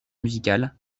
musicale